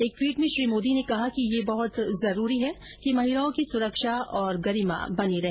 एक ट्वीट में श्री मोदी ने कहा कि यह बहुत जरूरी है कि महिलाओं की सुरक्षा और गरीमा बनी रहे